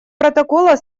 протокола